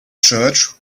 church